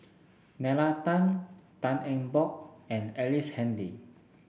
Nalla Tan Tan Eng Bock and Ellice Handy